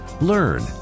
Learn